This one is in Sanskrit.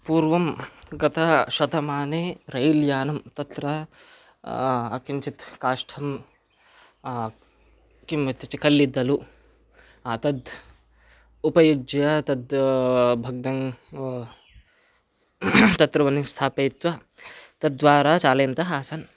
पूर्वं गताशतमाने रेल् यानं तत्र किञ्चित् काष्ठं किम् इत्युच्यते कल्लिद्दलु तद् उपयुज्य तद् भग्नं तत्र वह्निं स्थापयित्वा तद् द्वारा चालयन्तः आसन्